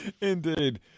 Indeed